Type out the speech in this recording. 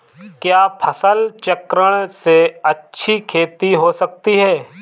क्या फसल चक्रण से अच्छी खेती हो सकती है?